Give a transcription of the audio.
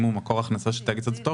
אם הוא מקור הכנסה של תאגיד סטטוטורי,